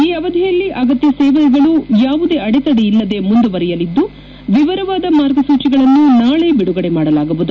ಈ ಅವಧಿಯಲ್ಲಿ ಅಗತ್ಯ ಸೇವೆಗಳು ಯಾವುದೇ ಅಡೆತಡೆಯಿಲ್ಲದೆ ಮುಂದುವರಿಯಲಿದ್ದು ವಿವರವಾದ ಮಾರ್ಗಸೂಚಿಗಳನ್ನು ನಾಳೆ ಬಿಡುಗಡೆ ಮಾಡಲಾಗುವುದು